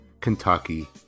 Kentucky